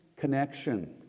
connection